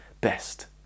best